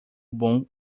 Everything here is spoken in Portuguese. bom